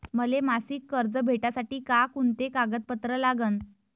मले मासिक कर्ज भेटासाठी का कुंते कागदपत्र लागन?